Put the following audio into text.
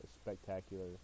spectacular